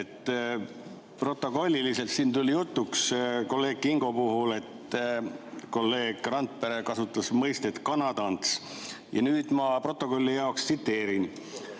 Protokolliliselt siin tuli jutuks kolleeg Kingo puhul, et kolleeg Randpere kasutas mõistet "kanatants". Ja nüüd ma protokolli jaoks tsiteerin